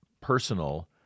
personal